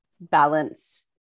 balance